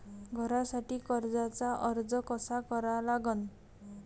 घरासाठी कर्जाचा अर्ज कसा करा लागन?